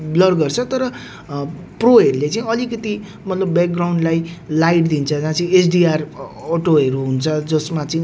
भएको जग्गातिर ग गयौँ है त्यहाँनेर चाहिँ एकदम डाँडा काँडाहरू एकदम अग्लो अग्लो डाँडा काँडाहरू यस्तो डाँडा काँडाबाट चाहिँ झर्ना